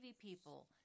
people